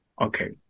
okay